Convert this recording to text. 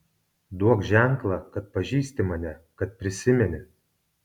duok ženklą kad pažįsti mane kad prisimeni